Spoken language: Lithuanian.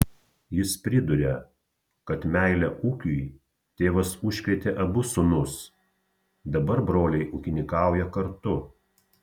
jis priduria kad meile ūkiui tėvas užkrėtė abu sūnus dabar broliai ūkininkauja kartu